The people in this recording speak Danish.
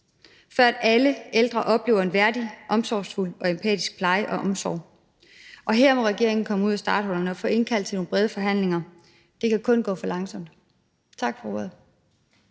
før alle ældre oplever en værdig, omsorgsfuld og empatisk pleje og omsorg. Her må regeringen komme ud af starthullerne og få indkaldt til nogle brede forhandlinger; det kan kun gå for langsomt. Tak for ordet.